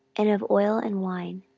and of oil and wine.